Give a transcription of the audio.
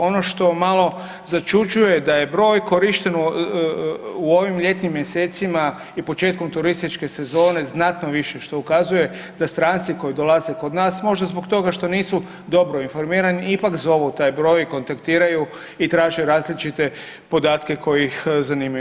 Ono što malo začuđuje da je broj korišten u ovim ljetnim mjesecima i početkom turističke sezone znatno više što ukazuje da stranci koji dolaze kod nas možda zbog toga što nisu dobro informirani ipak zovu taj broj, kontaktiraju i traže različite podatke koji ih zanimaju.